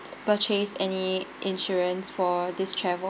purchase any insurance for this travel